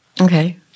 Okay